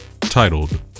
titled